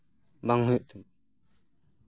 ᱵᱟᱝ ᱦᱩᱭᱩᱜ ᱛᱤᱧ